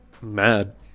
mad